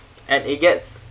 and it gets